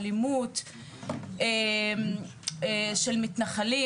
אלימות של מתנחלים,